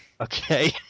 Okay